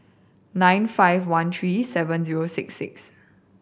nine five one three seven zero six six